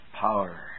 power